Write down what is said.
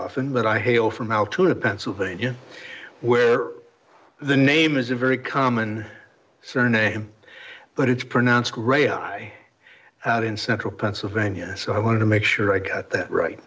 often but i hail from altoona pennsylvania where the name is a very common surname but it's pronounced gray high out in central pennsylvania so i wanted to make sure i got that right